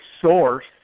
source